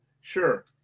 Sure